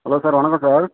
hello sir வணக்கம் sir